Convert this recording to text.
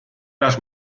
las